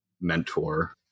mentor